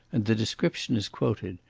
and the description is quoted.